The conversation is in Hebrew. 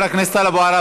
חבר הכנסת טלב אבו עראר,